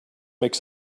makes